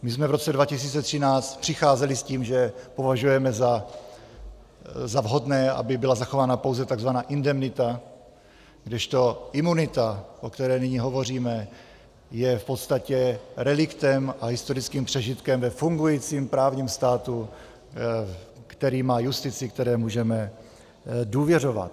My jsme v roce 2013 přicházeli s tím, že považujeme za vhodné, aby byla zachována pouze tzv. indemnita, kdežto imunita, o které nyní hovoříme, je v podstatě reliktem a historickým přežitkem ve fungujícím právním státu, který má justici, které můžeme důvěřovat.